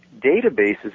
databases